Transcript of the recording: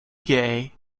gay